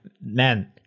man